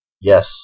Yes